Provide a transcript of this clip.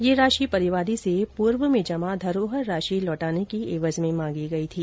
ये राशि परिवादी से पूर्व में जमा धरोहर राशि लौटाने की एवज में मांगी गई थी